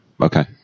okay